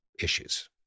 issues